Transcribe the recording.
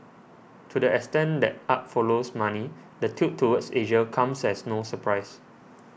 to the extent that art follows money the tilt toward Asia comes as no surprise